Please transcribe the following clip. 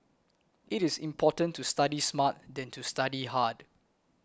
it is important to study smart than to study hard